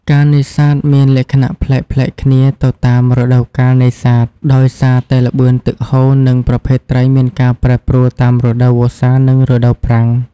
ការនេសាទមានលក្ខណៈប្លែកៗគ្នាទៅតាម រដូវកាលនេសាទ ដោយសារតែល្បឿនទឹកហូរនិងប្រភេទត្រីមានការប្រែប្រួលតាមរដូវវស្សានិងរដូវប្រាំង។